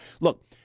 Look